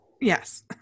Yes